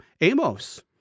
amos